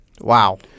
Wow